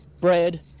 bread